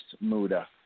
Muda